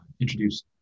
introduce